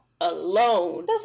alone